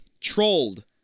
Trolled